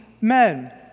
men